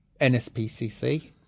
NSPCC